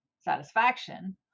satisfaction